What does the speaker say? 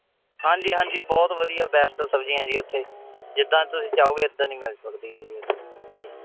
ਹਾਂਜੀ ਹਾਂਜੀ ਬਹੁਤ ਵਧੀਆ ਬੈਸਟ ਸਬਜ਼ੀਆਂ ਜੀ ਉੱਥੇ ਜਿੱਦਾਂ ਦੀ ਤੁਸੀਂ ਚਾਹੋਗੇ ਇੱਦਾਂ ਦੀ ਮਿਲ ਸਕਦੀ ਹੈ ਜੀ ਉੱਥੇ ਸਬਜ਼ੀ